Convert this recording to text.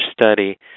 study